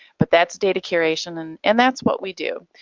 but that's data curation and and that's what we do.